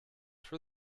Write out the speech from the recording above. for